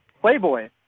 playboy